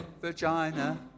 vagina